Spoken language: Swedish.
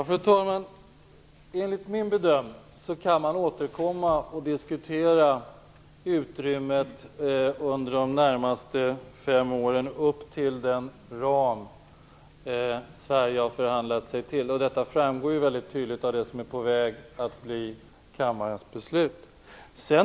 Fru talman! Enligt min bedömning kan man återkomma med en diskussion av utrymmet under de närmaste fem åren upp till den ram som Sverige har förhandlat sig fram till. Detta framgår mycket tydligt av det som är på väg att bli kammarens beslut.